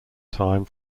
time